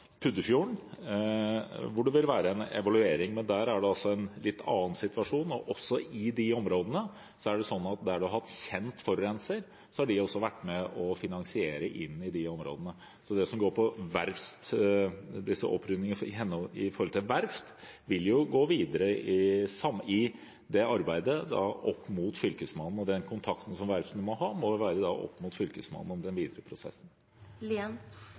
det være en evaluering, men der er det altså en litt annen situasjon. Men også i de områdene er det sånn at om man har hatt kjent forurenser, har de vært med på finansieringen i de områdene. Så arbeidet som går på opprydding rundt verft, vil gå videre med Fylkesmannen, og den kontakten som verftene må ha, må være med Fylkesmannen i den videre prosessen. Verfta har vore der i generasjonar. Det